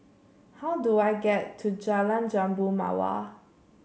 how do I get to Jalan Jambu Mawar